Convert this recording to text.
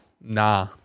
Nah